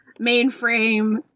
mainframe